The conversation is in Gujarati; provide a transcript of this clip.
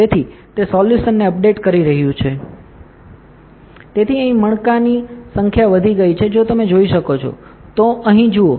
તેથી તે સોલ્યુશનને અપડેટ કરી રહ્યું છે તેથી અહીં મણકાની સંખ્યા વધી ગઈ છે જો તમે જોઈ શકો તો અહીં જુઓ